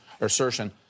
assertion